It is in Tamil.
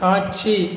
காட்சி